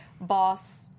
boss